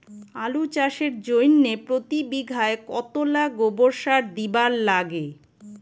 আলু চাষের জইন্যে প্রতি বিঘায় কতোলা গোবর সার দিবার লাগে?